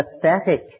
pathetic